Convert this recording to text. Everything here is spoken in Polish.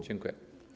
Dziękuję.